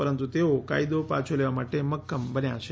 પરંતુ તેઓ કાયદો પાછો લેવા માટે મક્કમ બન્યા છે